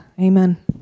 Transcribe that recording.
Amen